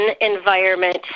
environment